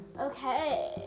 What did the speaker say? Okay